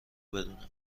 بدونم